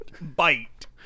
Bite